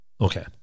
Okay